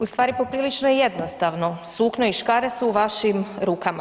Ustvari poprilično je jednostavno, sukno i škare su u vašim rukama.